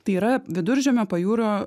tai yra viduržemio pajūrio